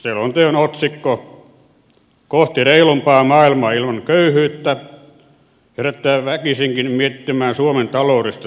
selonteon otsikko kohti reilumpaa maailmaa ilman köyhyyttä herättää väkisinkin miettimään suomen taloudellista tilannetta